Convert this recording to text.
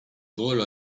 volo